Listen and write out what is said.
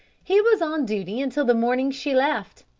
he was on duty until the morning she left,